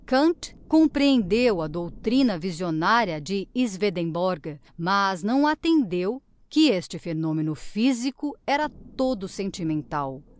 kant combateu a doutrina visionaria de swedenborg mas não attendeu que este phenomeno physico era todo sentimental